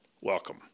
welcome